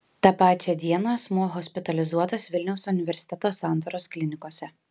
tą pačią dieną asmuo hospitalizuotas vilniaus universiteto santaros klinikose